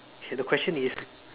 okay the question is